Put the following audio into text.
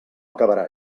acabarà